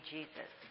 Jesus